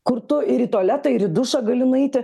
kur tu ir į tualetą ir į dušą gali nueiti